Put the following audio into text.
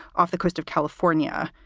off the coast of california,